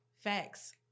facts